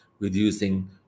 Reducing